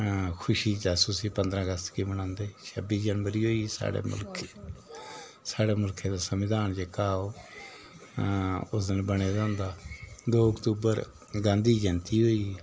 ख़ुशी च अस उसी पंदरा अगस्त गी मनांदे छब्बी जनबरी होई गेई साढ़े मुल्खै स्हाड़े मुल्खै दा संविधान जेह्का ओह् उस दिन बने दा होंदा दो अक्टूबर गांधी जंयती होई गेई